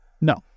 No